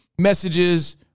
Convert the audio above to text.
messages